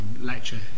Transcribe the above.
lecture